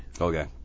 okay